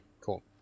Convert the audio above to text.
cool